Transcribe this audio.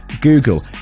google